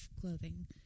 clothing